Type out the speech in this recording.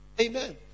amen